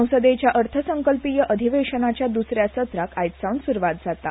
संसदेच्या अर्थसंकल्पीय अधिवेशनाच्या द्स या सत्राक आयजसावन स्रुवात जाता